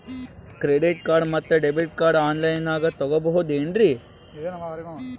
Credit card ಮತ್ತು debit card on ಲೈನಾಗ್ ತಗೋಬಹುದೇನ್ರಿ?